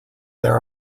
there